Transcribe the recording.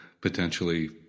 potentially